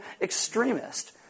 extremist